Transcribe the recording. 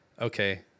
okay